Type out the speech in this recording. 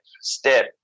step